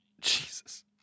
Jesus